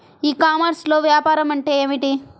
ఈ కామర్స్లో వ్యాపారం అంటే ఏమిటి?